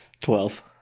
Twelve